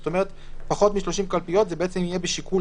זאת אומרת שפחות מ-30 דיירים זה יהיה בשיקול